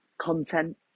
content